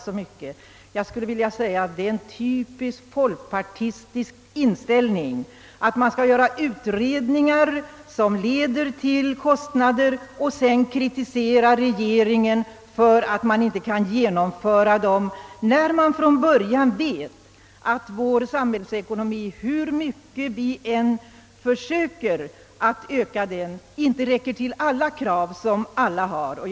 Jag skulle med anledning därav vilja säga: Det är en typiskt folkpartistisk inställning att man skall göra utredningar som leder till kostnader och sedan kritisera regeringen för att man inte kan genomföra dem, när man från början vet att vår samhällsekonomi, hur mycket vi än försöker att förbättra den, inte räcker till att tillgodose alla krav som här förs fram.